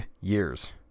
years